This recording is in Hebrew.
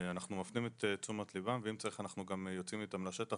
אנחנו מפנים את תשומת ליבם ואם צריך גם יוצאים איתם לשטח